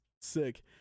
sick